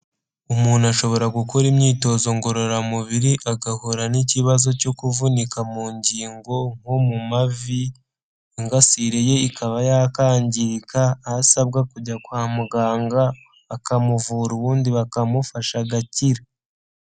Umuntu ashobora gukora imyitozo ngororamubiri agahura n'ikibazo cyo kuvunika mu ngingo nko mu mavi ingasire ye ikaba yakangirika aho asabwa kujya kwa muganga akamuvura ubundi bakamufasha agakira.